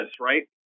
right